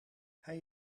hij